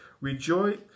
Rejoice